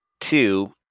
Two